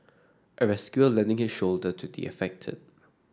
a rescuer lending his shoulder to the affected